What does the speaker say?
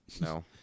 No